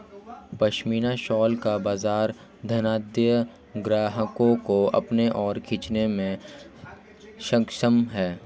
pashmina shawl का बाजार धनाढ्य ग्राहकों को अपनी ओर खींचने में सक्षम है